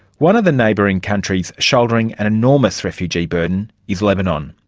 one of the neighbouring countries shouldering an enormous refugee burden is lebanon.